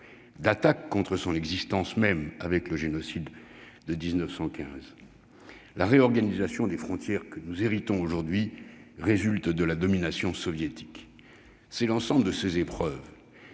d'attaques contre son existence même, avec le génocide de 1915. La réorganisation des frontières dont nous héritons aujourd'hui résulte de la domination soviétique. C'est l'ensemble de ces épreuves